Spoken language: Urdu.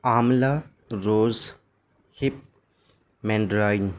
amla rose hip meandering